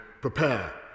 prepare